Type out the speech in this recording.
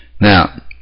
Now